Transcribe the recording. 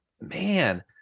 man